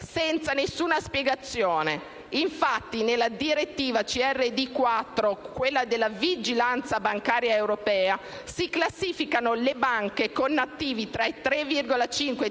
senza nessuna spiegazione. Infatti nella direttiva CRD IV (relativa alla vigilanza bancaria europea) si classificano le banche con attivi tra i 3,5 e